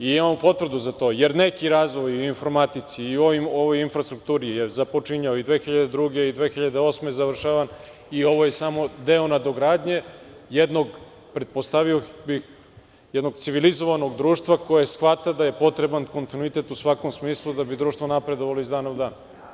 Imamo potvrdu za to, jer neki razvoj u informatici, u infrastrukturi je započinjao i 2002, i 2008. godine i ovo je samo deo nadogradnje jednog, pretpostavio bih, civilizovanog društva koje shvata da je potreban kontinuitet u svakom smislu da bi društvo napredovalo iz dana u dan.